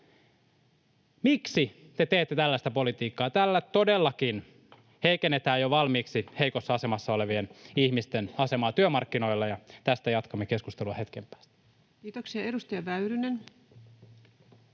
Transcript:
Miksi te teette tällaista politiikkaa? Tällä todellakin heikennetään jo valmiiksi heikossa asemassa olevien ihmisten asemaa työmarkkinoilla, ja tästä jatkamme keskustelua hetken päästä. Kiitoksia. — Edustaja Väyrynen.